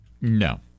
No